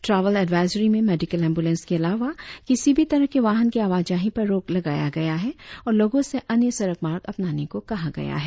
trowel advisory में medical ambulance के अलावा किसी भी तरह के वाहन के आवाजाही पर रोक लगाया गया है और लोगों से अन्य सड़क मार्ग अपनाने को कहा गया है